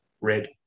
Red